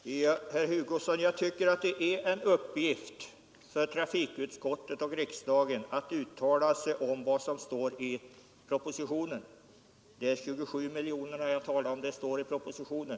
Herr talman! Herr Hugosson, jag tycker att det är en uppgift för trafikutskottet och riksdagen att uttala sig om vad som står i propositionen. De 27 miljoner som jag talar om är nämnda i propositionen.